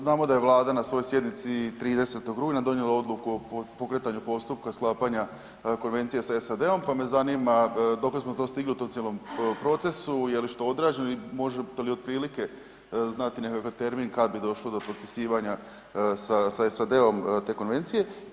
Znamo da je Vlada na svojoj sjednici 30. rujna donijela odluku o pokretanju postupka sklapanja konvencije sa SAD-om, pa me zanima dokle smo to stigli u tom cijelom procesu, je li što odrađeno i možete li otprilike znati nekakav termin kad bi došlo do potpisivanja sa SAD-om te konvencije.